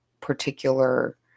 particular